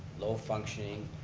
low functioning,